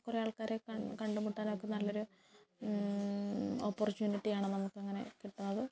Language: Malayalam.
കുറെ ആൾക്കാരെ കണ്ട് മുട്ടാനോക്കെ നല്ലൊരു ഓപ്പർച്യുണിറ്റിയാണ് നമുക്കെങ്ങനെ കിട്ടാതെ